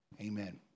Amen